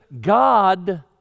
God